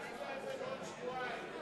נצביע על זה בעוד שבועיים.